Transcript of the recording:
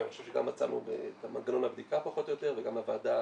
ואני חושב שגם מצאנו את מנגנון הבדיקה פחות או יותר וגם הוועדה